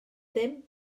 ddim